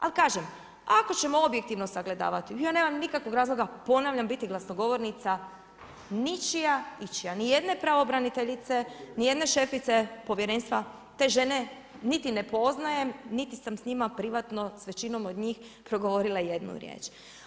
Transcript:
Ali kažem, ako ćemo objektivno sagledavati, ja nemam nikakvog razloga, ponavljam biti glasnogovornica ničija, ičija, ni jedne pravobraniteljice, ni jedne šefice povjerenstva, te žene niti ne poznajem, niti sam s njima privatno, s većinom od njih progovorila ijednu riječ.